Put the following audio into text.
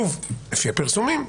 לפי הפרסומים,